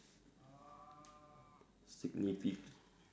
signifi~